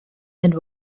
and